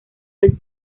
del